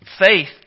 Faith